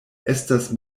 estas